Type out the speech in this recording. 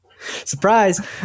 Surprise